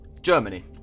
Germany